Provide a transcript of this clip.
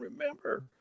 remember